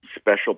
special